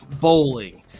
bowling